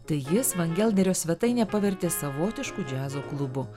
tai jis vangelderio svetainę pavertė savotišku džiazo klubu